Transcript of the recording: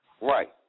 Right